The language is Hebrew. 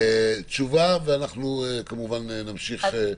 תשובה ונמשיך הלאה.